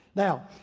now,